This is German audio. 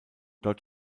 dort